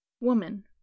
woman